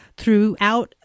throughout